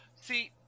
See